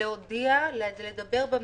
להודיע ולדבר במליאה.